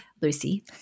Lucy